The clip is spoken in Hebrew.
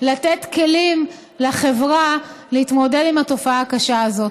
לתת כלים לחברה להתמודד עם התופעה הקשה הזאת.